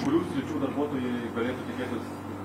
kurių sričių darbuotojai galėtų tikėtis